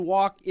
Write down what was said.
Walk